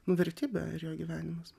nu vertybė ir jo gyvenimas